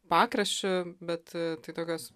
pakraščiu bet tai tokios